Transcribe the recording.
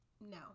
no